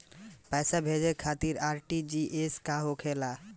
पैसा भेजे खातिर आर.टी.जी.एस का होखेला?